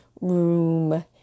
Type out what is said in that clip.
room